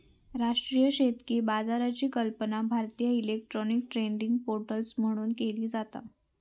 राष्ट्रीय शेतकी बाजाराची कल्पना भारतीय इलेक्ट्रॉनिक ट्रेडिंग पोर्टल म्हणून केली जाता